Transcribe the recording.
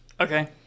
Okay